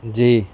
جی